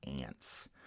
ants